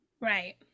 Right